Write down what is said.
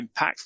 impactful